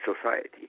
society